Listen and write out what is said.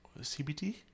CBT